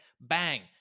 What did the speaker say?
Bang